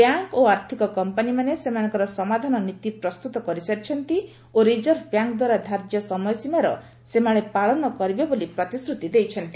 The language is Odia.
ବ୍ୟାଙ୍କ୍ ଓ ଆର୍ଥକ କମ୍ପାନୀମାନେ ସେମାନଙ୍କର ସମାଧାନ ନୀତି ପ୍ରସ୍ତୁତ କରିସାରିଛନ୍ତି ଓ ରିଜର୍ଭ ବ୍ୟାଙ୍କ୍ଦ୍ୱାରା ଧାର୍ଯ୍ୟ ସମୟ ସୀମାର ସେମାନେ ପାଳନ କରିବେ ବୋଲି ପ୍ରତିଶ୍ରତି ଦେଇଛନ୍ତି